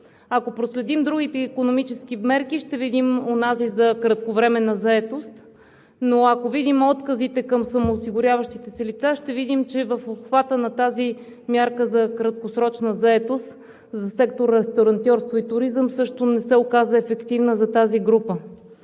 Ако проследим другите икономически мерки, ще видим онази за кратковременна заетост, но ако видим отказите към самоосигуряващите се лица, ще видим, че в обхвата на тази мярка за краткосрочна заетост за сектор „Ресторантьорство и туризъм“ също не се оказа ефективна за тази група.